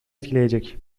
etkileyecek